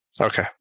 Okay